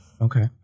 okay